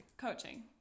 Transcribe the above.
Coaching